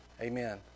amen